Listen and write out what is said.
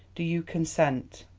do you consent?